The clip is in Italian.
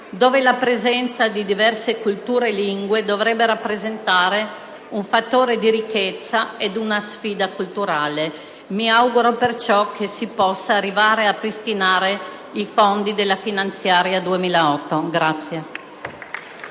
dove la presenza di diverse culture e lingue dovrebbe rappresentare un fattore di ricchezza e una sfida culturale. Mi auguro perciò che si possa arrivare a ripristinare i fondi della finanziaria 2008.